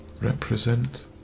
represent